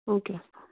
او کے اَسلام وعلیکُم